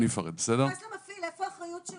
תתייחס למפעיל, איפה האחריות שלכם?